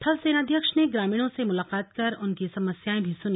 थल सेनाध्यक्ष ने ग्रामीणों से मुलाकात कर उनकी समस्याएं भी सुनी